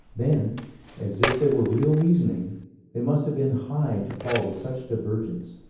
then as if there were real reasoning they must have been high to fall with such divergence,